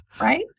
Right